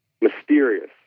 mysterious